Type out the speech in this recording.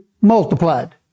multiplied